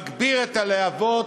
מגביר את הלהבות.